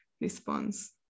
response